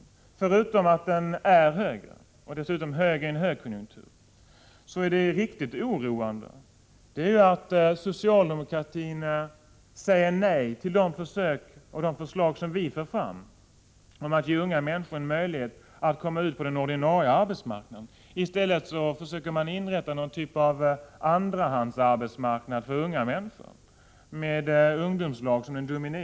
Förutom att den nu är högre — och det dessutom i en högkonjunktur — är det riktigt oroande att socialdemokraterna säger nej till de förslag om att ge unga människor en möjlighet att komma ut på den ordinarie arbetsmarknaden som vi för fram. I stället försöker socialdemokratin inrätta någon form av andrahandsarbetsmarknad för unga människor, med ungdomslag som det dominerande inslaget.